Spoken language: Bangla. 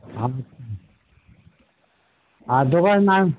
আর দোকানের নাম